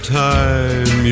time